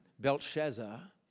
Belshazzar